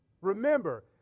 Remember